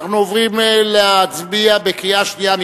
אנחנו עוברים להצביע בקריאה שנייה,